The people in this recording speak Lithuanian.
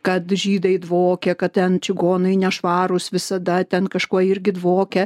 kad žydai dvokia kad ten čigonai nešvarūs visada ten kažkuo irgi dvokia